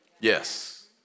Yes